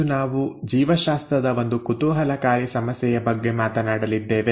ಇಂದು ನಾವು ಜೀವಶಾಸ್ತ್ರದ ಒಂದು ಕುತೂಹಲಕಾರಿ ಸಮಸ್ಯೆಯ ಬಗ್ಗೆ ಮಾತನಾಡಲಿದ್ದೇವೆ